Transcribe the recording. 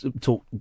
talk